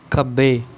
ਖੱਬੇ